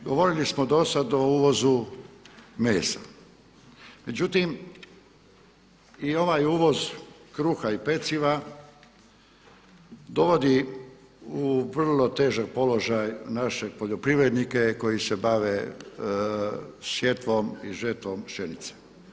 Govorili smo dosad o uvozu mesa, međutim i ovaj uvoz kruha i peciva dovodi u vrlo težak položaj naše poljoprivrednike koji se bave sjetvom i žetvom pšenice.